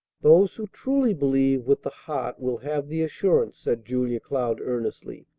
those who truly believe with the heart will have the assurance, said julia cloud earnestly.